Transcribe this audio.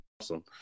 Awesome